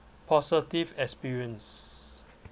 positive experience